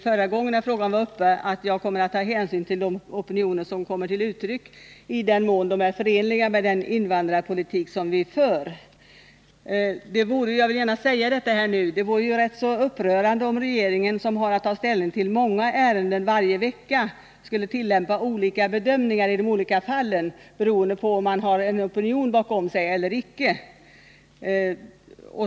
Förra gången frågan var uppe sade jag också att jag kommer att ta hänsyn till opinioner som kommer till uttryck i den mån de är förenliga med den invandrarpolitik som vi för. Det vore rätt så upprörande om regeringen, som har att ta ställning till många ärenden varje vecka, skulle tillämpa olika bedömningar i de olika fallen, beroende på om regeringen har en opinion bakom sig eller ej.